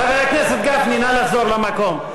חבר הכנסת גפני, נא לחזור למקום.